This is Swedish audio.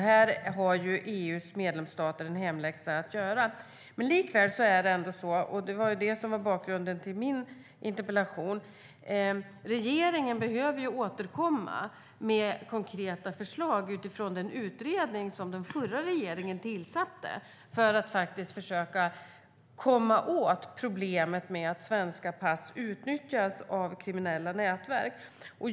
Här har EU:s medlemsstater en hemläxa att göra. Bakgrunden till min interpellation är att regeringen behöver återkomma med konkreta förslag utifrån den utredning som den förra regeringen tillsatte för att försöka komma åt problemet med att svenska pass utnyttjas av kriminella nätverk.